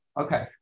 okay